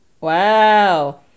wow